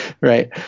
Right